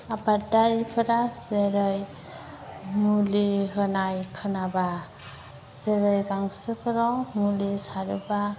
आबादारिफोरा जेरै मुलि होनाय खोनाबा जेरै गांसोफोराव मुलि सारोबा